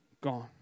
gone